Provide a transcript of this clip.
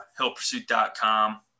hillpursuit.com